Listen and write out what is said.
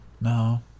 No